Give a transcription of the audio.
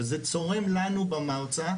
וזה צורם לנו במועצה,